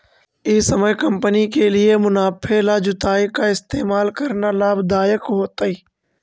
ई समय कंपनी के लिए मुनाफे ला जुताई का इस्तेमाल करना लाभ दायक होतई